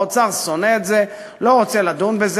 האוצר שונא את זה, לא רוצה לדון בזה.